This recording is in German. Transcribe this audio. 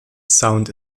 sound